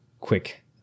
Quick